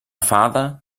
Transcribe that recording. father